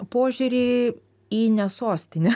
požiūrį į ne sostinę